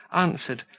answered,